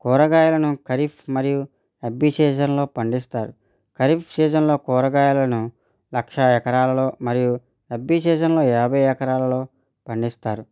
కూరగాయలను ఖరీఫ్ మరియు రబ్బీ సీజన్లలో పండిస్తారు ఖరీఫ్ సీజన్లో కూరగాయలను లక్ష ఎకరాలలో మరియు రబ్బీ సీజన్లో యాభై ఎకరాలలో పండిస్తారు